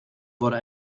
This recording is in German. wurde